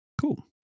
Cool